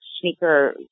sneaker